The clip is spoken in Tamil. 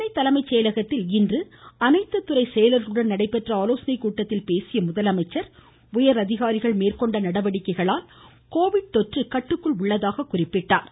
சென்னை தலைமைச் செயலகத்தில் இன்று அனைத்து துறை செயலர்களுடன் நடைபெற்ற ஆலோசனை கூட்டத்தில் பேசிய அவர் உயரதிகாரிகள் எடுத்த நடவடிக்கையால் கோவிட் தொற்று கட்டுக்குள் உள்ளதாக குறிப்பிட்டார்